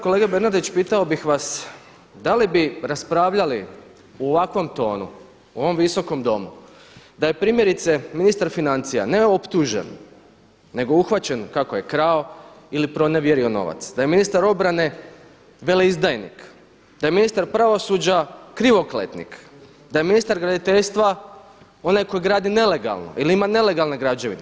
Kolega Bernardić, pitao bih vas da li bi raspravljali u ovakvom tonu u ovom Visokom domu da je primjerice ministar financija ne optužen, nego uhvaćen kako je krao ili pronevjerio novac, da je ministar obrane veleizdajnik, da je ministar pravosuđa krivokletnik, da je ministar graditeljstva onaj koji gradi nelegalno ili ima nelegalne građevine?